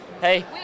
Hey